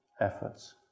efforts